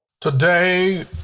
Today